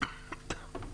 בבקשה.